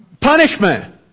Punishment